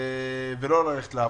ולא ללכת לעבודה.